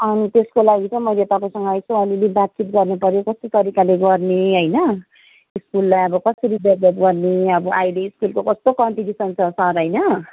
अनि त्यसको लागि चाहिँ मैले तपाईँसँग यसो अलिअलि बातचित गर्नुपर्यो कस्तो तरिकाले गर्ने होइन स्कुललाई अब कसरी डेभ्लब गर्ने अब अहिले स्कुलको कस्तो कम्पिटिसन छ सर होइन